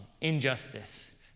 injustice